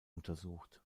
untersucht